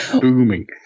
booming